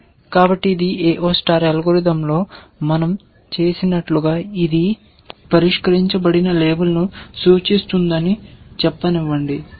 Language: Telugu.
కాబట్టి ఇది AO స్టార్ అల్గోరిథంలో మన০ చేసినట్లుగా ఇది పరిష్కరించబడిన లేబుల్ను సూచిస్తుందని చెప్పనివ్వండి